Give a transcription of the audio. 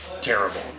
terrible